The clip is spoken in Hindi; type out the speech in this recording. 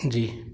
जी